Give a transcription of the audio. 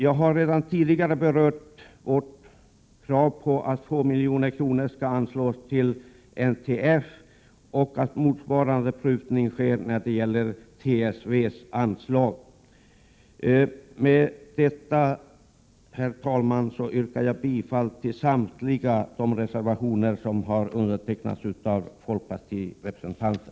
Jag har redan tidigare berört vårt krav om att 2 milj.kr. skall anslås till NTF och att motsvarande summa skall prutas från TSV:s anslag. Med detta, herr talman, yrkar jag bifall till samtliga reservationer som har undertecknats av folkpartiets representanter.